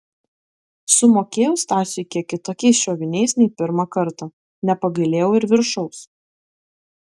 sumokėjau stasiui kiek kitokiais šoviniais nei pirmą kartą nepagailėjau ir viršaus